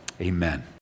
Amen